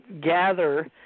gather